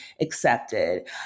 accepted